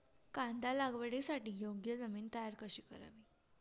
कांदा लागवडीसाठी योग्य जमीन तयार कशी करावी?